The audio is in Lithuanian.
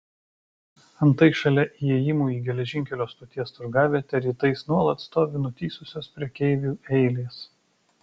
antai šalia įėjimų į geležinkelio stoties turgavietę rytais nuolat stovi nutįsusios prekeivių eilės